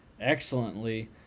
excellently